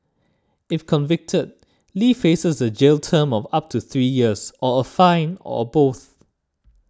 if convicted Lee faces a jail term of up to three years or a fine or both